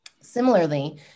Similarly